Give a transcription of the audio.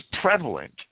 prevalent